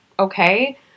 okay